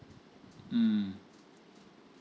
mm